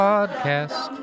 Podcast